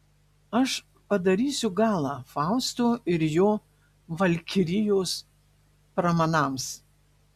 aš padarysiu galą fausto ir jo valkirijos pramanams